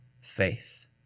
faith